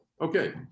Okay